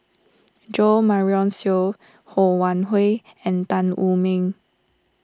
Jo Marion Seow Ho Wan Hui and Tan Wu Meng